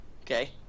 okay